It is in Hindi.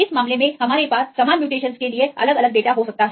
इस मामले में हमारे पास समान म्यूटेशनसmutations के लिए अलग अलग डेटा हो सकता हैं